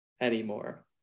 anymore